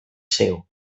seu